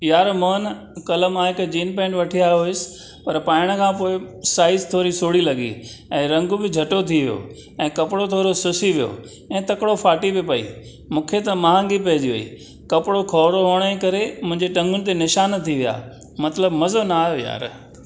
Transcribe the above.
यार मां न कल्ह मां हिक जीन्स पेन्ट वठी आयो हुअसि पर पाइण खां पोइ साइज़ थोरी सोढ़ी लॻी ऐं रंग बि झको थी वियो ऐं कपिड़ो थोरो सुसी वियो ऐं तकिड़ो फाटी बि पेई मूंखे त माहंगी पइजी वेई कपिड़ो खोड़ो हुअण जे करे मुंहिंजे टंगुनि ते निशान थी विया मतलबु मज़ो न आहियो यारु